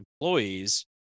employees